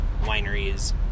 wineries